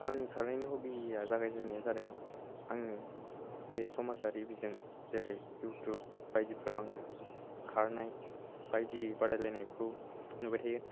आंनि खारनायनि हबिआ जागायजेननाया जादों आङो समाजारि बिजों जेरै इयुटुब बायदिफ्राव आङो खारनाय बायदि बादाय लायनायखौ नुबाय थायो